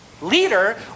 leader